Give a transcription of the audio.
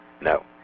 No